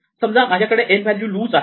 समजा आपल्याकडे n value lose आहे